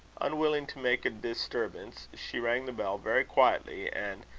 unwilling to make a disturbance, she rang the bell very quietly, and,